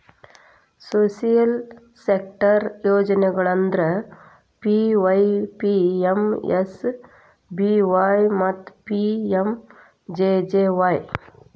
social sector ಯೋಜನೆಗಳಂದ್ರ PYPMSBY ಮತ್ತ PMJJY